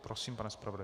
Prosím, pane zpravodaji.